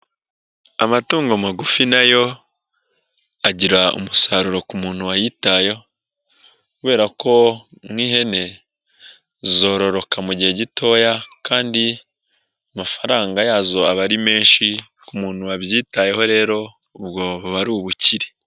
Amatungo magufi na yo, agira umusaruro ku muntu wayitayeho kubera ko nk'ihene zororoka mu gihe gitoya kandi amafaranga yazo aba ari menshi ku muntu wabyitayeho rero ubwo buba ari ubukire.